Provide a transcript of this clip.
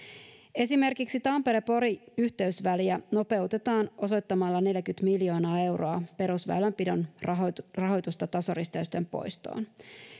esimerkiksi tampere pori yhteysväliä nopeutetaan osoittamalla neljäkymmentä miljoonaa euroa perusväylänpidon rahoitusta rahoitusta tasoristeysten poistoon